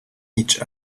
each